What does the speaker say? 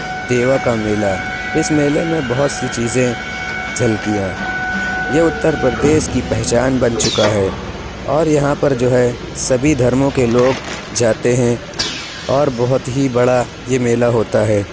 دیوا کا میلہ اِس میلے میں بہت سی چیزیں جھلکیاں یہ اُتر پردیش کی پہچان بن چُکا ہے اور یہاں پر جو ہے سبھی دھرموں کے لوگ جاتے ہیں اور بہت ہی بڑا یہ میلہ ہوتا ہے